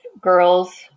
girls